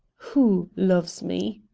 who loves me?